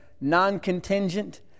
non-contingent